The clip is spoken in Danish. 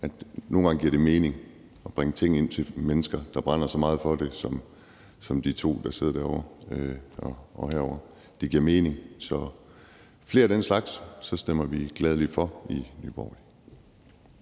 at nogle gange giver det mening at bringe ting ind til mennesker, der brænder så meget for det, som de to ordførere, der sidder derovre, gør. Det giver mening. Så hvis der kommer flere af den slags, stemmer vi gladelig for i Nye